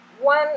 One